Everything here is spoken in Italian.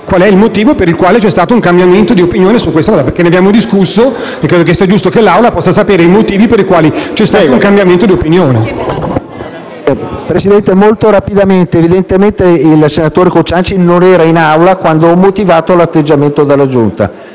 intervengo molto rapidamente. Evidentemente il senatore Cociancich non era in Aula quando ho motivato l'atteggiamento della Giunta